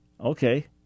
Okay